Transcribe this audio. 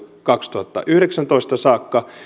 kaksituhattayhdeksäntoista saakka